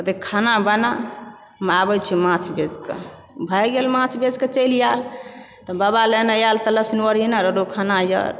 कहतै खाना बना हम आबै छिऔ माछ बेचकऽ भए गेल माछ बेचिकऽ चलि आयल तऽ बाबा लेने आयल ई खानायऽ